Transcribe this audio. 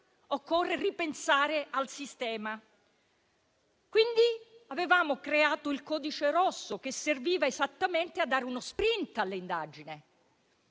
occorreva ripensare il sistema. Abbiamo quindi creato il codice rosso, che serviva esattamente a dare uno *sprint* alle indagini,